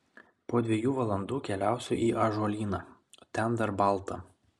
po dviejų valandų keliausiu į ąžuolyną ten dar balta